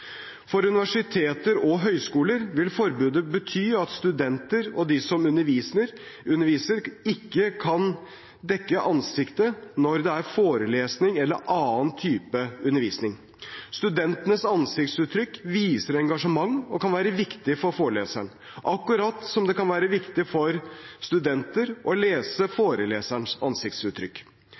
universiteter og høyskoler vil forbudet bety at studenter og de som underviser, ikke kan dekke ansiktet når det er forelesning eller annen type undervisning. Studentenes ansiktsuttrykk viser engasjement og kan være viktig for foreleseren, akkurat som det kan være viktig for studenter å lese foreleserens ansiktsuttrykk.